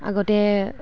আগতে